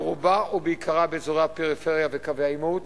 ברובה או בעיקרה באזורי הפריפריה וקווי העימות.